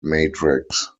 matrix